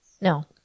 No